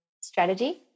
strategy